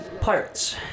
Pirates